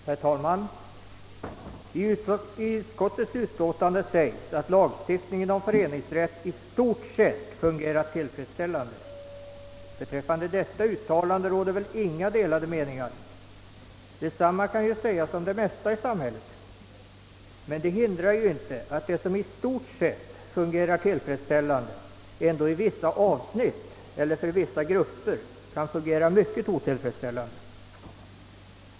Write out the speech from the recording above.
Herr talman! I utskottets utlåtande sägs att lagstiftningen om föreningsrätt i stort sett fungerat tillfredsställande. Beträffande detta uttalande råder väl inga delade meningar. Detsamma kan ju sägas om det mesta i samhället. Men det hindrar inte att det som i stort sett fungerar tillfredsställande ändå i vissa avsnitt eller för vissa grupper kan fungera mycket otillfredsställande.